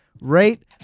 rate